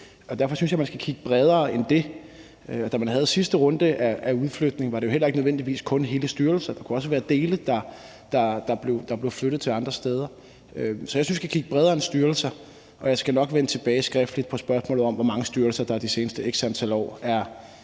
Derfor synes jeg, at man skal kigge bredere end det. Da man havde sidste runde af udflytningen, handlede det jo heller ikke nødvendigvis kun om hele styrelser. Der kunne også være dele, der blev flyttet til andre steder. Så jeg synes, at vi skal kigge bredere end på styrelser, og jeg skal nok vende tilbage skriftligt på spørgsmålet om, hvor mange styrelser der de seneste x antal år er